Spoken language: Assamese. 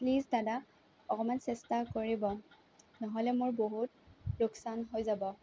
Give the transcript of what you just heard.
প্লিজ দাদা অকণমান চেষ্টা কৰিব নহ'লে মোৰ বহুত লোকচান হৈ যাব